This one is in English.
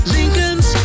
Lincolns